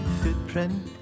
footprint